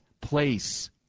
place